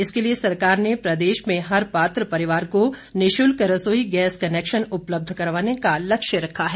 इसके लिए सरकार ने प्रदेश में हर पात्र परिवार को निशुल्क रसोईगैस कनेक्शन उपलब्ध करवाने का लक्ष्य रखा है